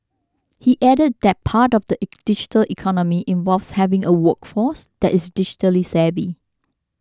he added that part of the digital economy involves having a workforce that is digitally savvy